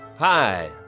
Hi